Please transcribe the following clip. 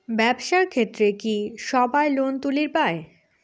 ব্যবসার ক্ষেত্রে কি সবায় লোন তুলির পায়?